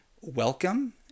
welcome